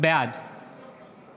בעד יעקב טסלר, נגד דסטה